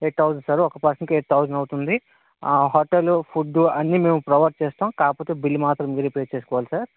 eight thousand sir ఒక పర్సన్కి eight thousand అవుతుంది హోటల్ ఫుడ్ అన్నీ మేము ప్రొవైడ్ చేస్తాం కాకపోతే బిల్ మాత్రం మీరు పే చేసుకోవాలి సార్